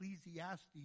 Ecclesiastes